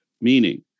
meaning